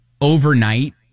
overnight